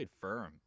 firm